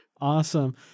Awesome